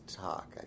talk